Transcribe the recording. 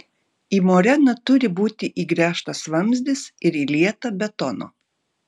į moreną turi būti įgręžtas vamzdis ir įlieta betono